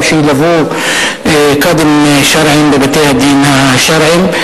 שילוו קאדים שרעיים בבתי-הדין השרעיים.